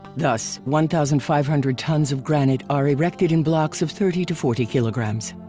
thus one thousand five hundred tons of granite are erected in blocks of thirty to forty kilograms.